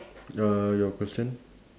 uh your question